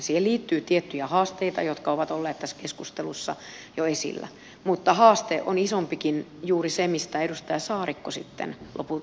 siihen liittyy tiettyjä haasteita jotka ovat olleet tässä keskustelussa jo esillä mutta isompikin haaste on juuri se mistä edustaja saarikko lopulta kysyi